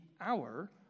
hour